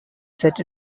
set